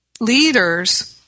leaders